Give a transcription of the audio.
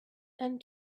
and